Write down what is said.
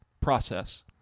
process